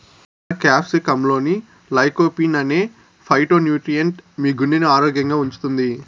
ఎర్ర క్యాప్సికమ్లోని లైకోపీన్ అనే ఫైటోన్యూట్రియెంట్ మీ గుండెను ఆరోగ్యంగా ఉంచుతుంది